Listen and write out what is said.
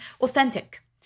authentic